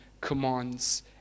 commands